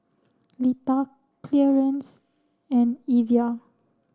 Lita Clearence and Evia